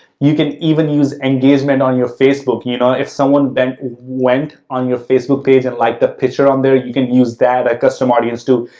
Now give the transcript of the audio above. you can even use engagement on your facebook, you know? if someone went on your facebook page and liked the picture on there, you can use that as ah custom audience too.